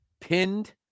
pinned